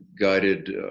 guided